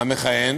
המכהן